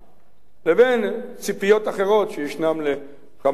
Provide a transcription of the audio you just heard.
לבין ציפיות אחרות שיש לכמה אנשים,